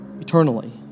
eternally